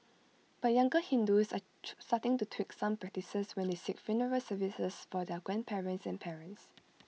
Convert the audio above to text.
but younger Hindus are starting to tweak some practices when they seek funeral services for their grandparents and parents